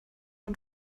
man